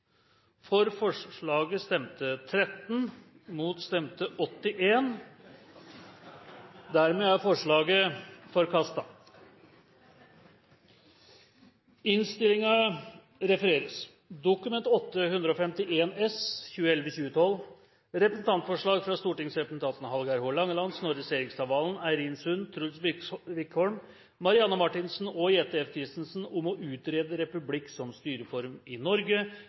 Venstre. Forslaget lyder: «Dokument 8:151 S – representantforslag fra stortingsrepresentantene Hallgeir H. Langeland, Snorre Serigstad Valen, Eirin Sund, Truls Wickholm, Marianne Marthinsen og Jette F. Christensen om å utrede republikk som styreform i Norge